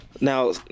Now